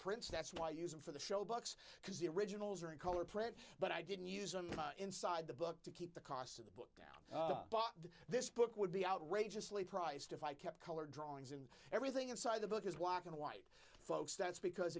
prints that's why i use them for the shoebox because the originals are in color prints but i didn't use them inside the book to keep the cost of the book down but this book would be outrageously priced if i kept color drawings and everything inside the book is whacking the white folks that's because